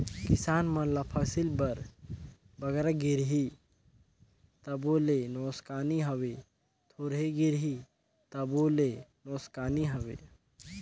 किसान मन ल फसिल बर बगरा गिरही तबो ले नोसकानी हवे, थोरहें गिरही तबो ले नोसकानी हवे